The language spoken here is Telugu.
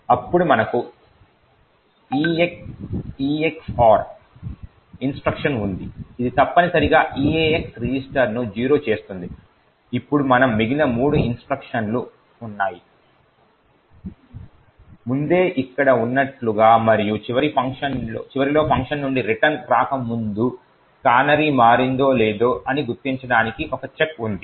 అప్పుడు మనకు EX OR ఇన్స్ట్రక్షన్ ఉంది ఇది తప్పనిసరిగా EAX రిజిస్టరను 0 చేస్తుంది ఇప్పుడు మనకు మిగిలిన మూడు ఇన్స్ట్రక్షన్లు ఉన్నాయి ముందే ఇక్కడ ఉన్నట్లుగా మరియు చివరిలో ఫంక్షన్ నుండి రిటర్న్ రాక ముందు కానరీ మారిందా లేదా అని గుర్తించడానికి ఒక చెక్ ఉంది